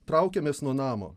traukiamės nuo namo